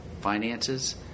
finances